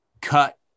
cut